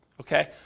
Okay